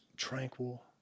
Tranquil